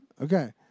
Okay